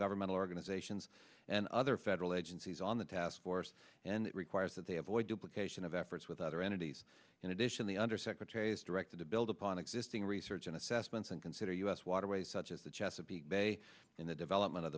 governmental organizations and other federal agencies on the task force and it requires that they avoid duplication of efforts with other entities in addition the undersecretary is directed to build upon existing research and assessments and consider u s waterways such as the chesapeake bay in the development of